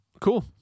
Cool